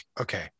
okay